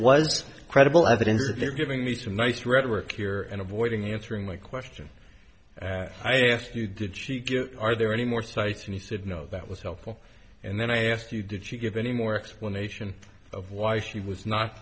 was credible evidence that they're giving me some nice rhetoric here and avoiding answering my question i asked you did she give are there any more sites and he said no that was helpful and then i asked you did she give any more explanation of why she was not